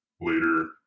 later